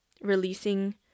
releasing